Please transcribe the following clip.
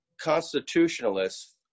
constitutionalists